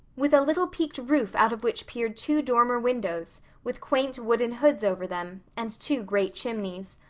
with a little peaked roof out of which peered two dormer windows, with quaint wooden hoods over them, and two great chimneys.